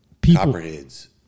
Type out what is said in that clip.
Copperheads